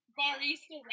barista